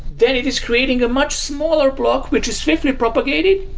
then it is creating a much smaller block, which is swiftly propagated.